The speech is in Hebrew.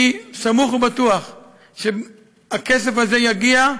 אני סמוך ובטוח שהכסף הזה יגיע,